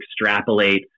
extrapolate